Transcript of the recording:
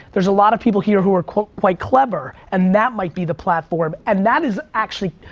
there's a lot of people here who are quite clever, and that might be the platform, and that is, actually,